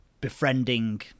befriending